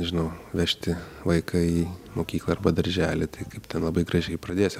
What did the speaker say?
nežinau vežti vaiką į mokyklą arba darželį tai kaip ten labai gražiai pradėsi ir